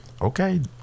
Okay